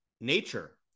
nature